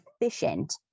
efficient